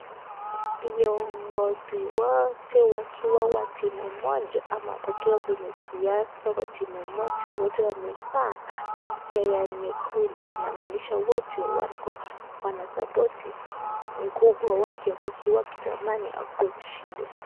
Viongozi wote wakiwa wa timu moja ama wakiwa kwenye siasa wa timu moja. Wote wamevaa kofia ya nyekundu inamaanisha wote wanasupporti mkubwa wake kiongozi wakitamani akuwe mshindi.